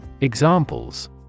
examples